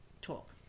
talk